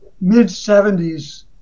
mid-70s